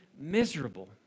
miserable